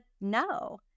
no